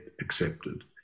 accepted